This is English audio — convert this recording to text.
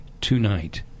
tonight